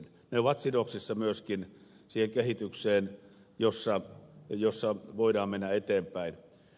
ne ovat sidoksissa myöskin siihen kehitykseen jossa voidaan mennä eteenpäin